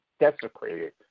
desecrated